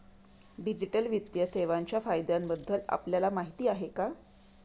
Digital वित्तीय सेवांच्या फायद्यांबद्दल आपल्याला माहिती आहे का?